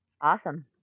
Awesome